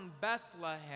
Bethlehem